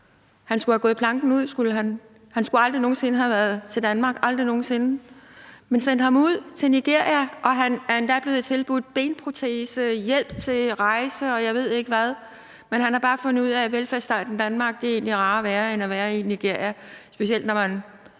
Han skulle have gået planken ud, skulle han. Han skulle aldrig nogen sinde have været til Danmark, aldrig nogen sinde. Men man skulle have sendt ham ud til Nigeria, og han er endda blevet tilbudt benprotese, hjælp til rejser, og jeg ved ikke hvad. Men han har bare fundet ud af, at velfærdsstaten Danmark egentlig er rarere at være i end at være i Nigeria, specielt når man